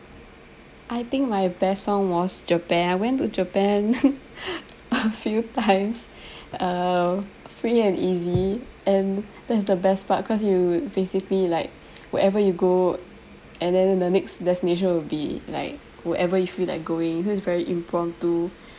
I think my best one was japan I went to japan a few times um free and easy that's the best part cause you basically like wherever you go and then the next destination will be like wherever you feel like going so it's very impromptu